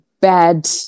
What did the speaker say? bad